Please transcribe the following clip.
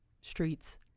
streets